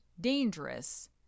dangerous